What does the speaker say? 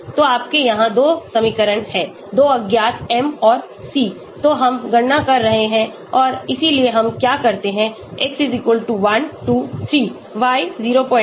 तो आपके यहाँ 2 समीकरण हैं 2 अज्ञात m और c तो हम गणना कर सकते हैं और इसलिए हम क्या करते हैं x 1 2 3 y 05 1 15 है